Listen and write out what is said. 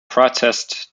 protests